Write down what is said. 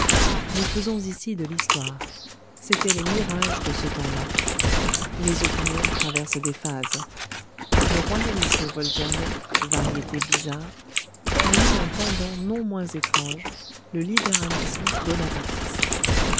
nous faisons ici de l'histoire c'étaient les mirages de ce temps-là les opinions traversent des phases le royalisme voltairien variété bizarre a eu un pendant non moins étrange le libéralisme bonapartiste